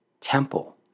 Temple